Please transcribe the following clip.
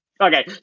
Okay